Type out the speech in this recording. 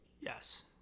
Yes